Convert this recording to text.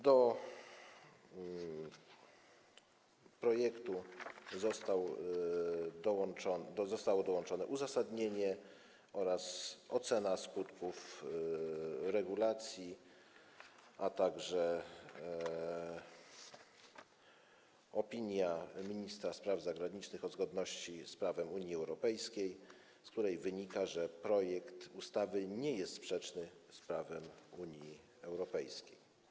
Do projektu zostały dołączone uzasadnienie oraz ocena skutków regulacji, a także opinia ministra spraw zagranicznych o zgodności tego projektu z prawem Unii Europejskiej, z której wynika, że projekt ustawy nie jest sprzeczny z prawem Unii Europejskiej.